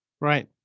Right